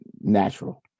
natural